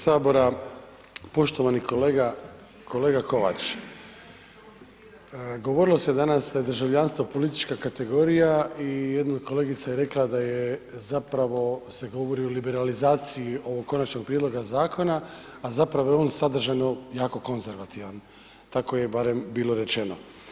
Poštovani kolega, kolega Kovač, govorilo se danas da je državljanstvo politička kategorija i jedna kolegica je rekla da je, zapravo se govori o liberalizaciji ovog Konačnog prijedloga zakona, a zapravo je on sadržajno jako konzervativan, tako je barem bilo rečeno.